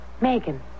Megan